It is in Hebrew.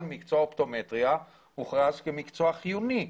מקצוע האופטומטריה הוכרז כמקצוע חיוני,